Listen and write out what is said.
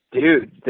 dude